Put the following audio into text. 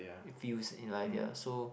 it feels in life ya so